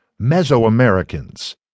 Mesoamericans